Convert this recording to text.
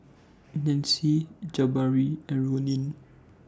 Nancy Jabari and Ronin